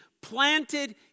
planted